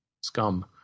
scum